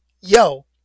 Yo